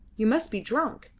you must be drunk.